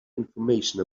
information